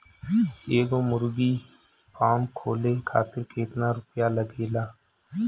एगो मुर्गी फाम खोले खातिर केतना रुपया लागेला?